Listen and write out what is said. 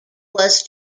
was